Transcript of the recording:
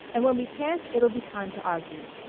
and when we can't it'll be time to argue.